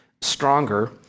stronger